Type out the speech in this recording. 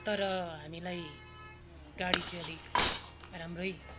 तर हामीलाई गाडी चाहिँ अलिक राम्रै